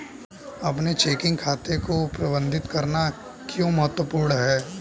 अपने चेकिंग खाते को प्रबंधित करना क्यों महत्वपूर्ण है?